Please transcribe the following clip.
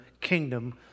kingdom